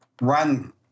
run